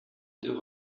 deux